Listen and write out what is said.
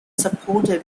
supported